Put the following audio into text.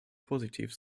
positiv